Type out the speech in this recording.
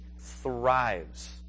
thrives